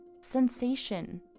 sensation